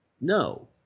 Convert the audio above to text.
no